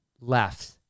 left